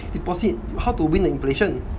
fixed deposit how to win the inflation